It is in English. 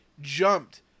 jumped